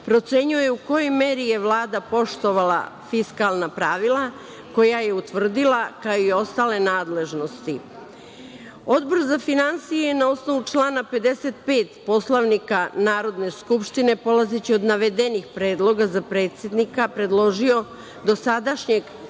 procenjuje u kojoj meri je Vlada poštovala fiskalna pravila, koju je utvrdila, kao i ostale nadležnosti. Odbor za finansije je na osnovu člana 55. Poslovnika Narodne skupštine, polazeći od navedenih predloga za predsednika, predložio dosadašnjeg predsednika